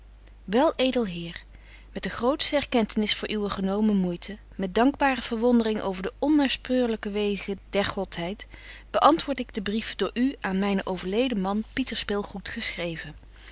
alting wel edel heer met de grootste erkentenis voor uwe genomen moeite met dankbare verwondering over de onnaarspeurelyke wegen der godheid beantwoorde ik den brief door u aan mynen overleden man pieter spilgoed geschreven